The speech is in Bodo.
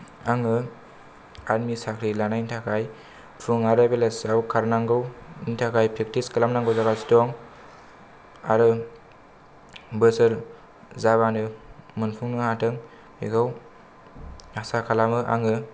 आङो आर्मि साख्रि लानायनि थाखाय फुं आरो बेलासियाव खारनांगौनि थाखाय प्रेक्तिस खालामनांगौ जागासिनो दं आरो बोसोर जाबानो मोनफुंनो हाथों बेखौ आसा खालामो आङो